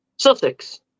Sussex